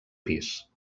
pis